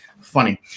funny